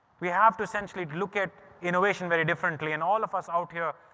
we have to essentially look at innovation very differently and all of us out here,